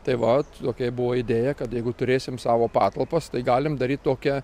tai vat tokia buvo idėja kad jeigu turėsim savo patalpas tai galim daryti tokią